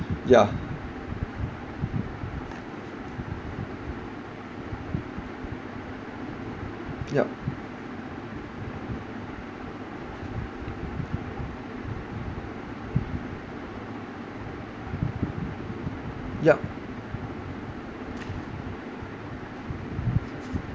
yeah yup yup